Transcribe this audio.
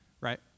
Right